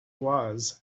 was